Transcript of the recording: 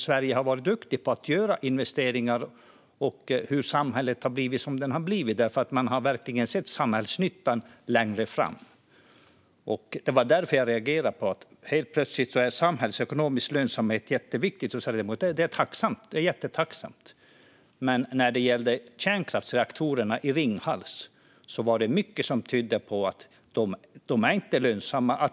Sverige har varit duktigt på att göra investeringar, och samhället har blivit som det har blivit för att man verkligen har sett samhällsnyttan längre fram. Det var därför jag reagerade på att samhällsekonomisk lönsamhet helt plötsligt är jätteviktigt. Jag är jättetacksam för det. Men när det gällde kärnkraftsreaktorerna i Ringhals var det mycket som tydde på att de inte var lönsamma.